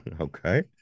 okay